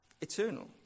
eternal